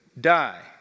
die